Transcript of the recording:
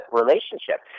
relationship